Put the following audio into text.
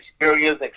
experience